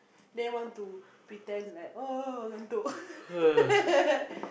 then want to pretend like oh